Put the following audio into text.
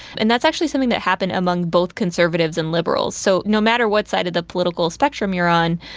and that's actually something that happened among both conservatives and liberals. so no matter what side of the political spectrum you're on,